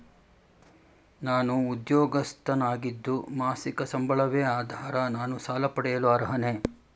ನಾನು ಉದ್ಯೋಗಸ್ಥನಾಗಿದ್ದು ಮಾಸಿಕ ಸಂಬಳವೇ ಆಧಾರ ನಾನು ಸಾಲ ಪಡೆಯಲು ಅರ್ಹನೇ?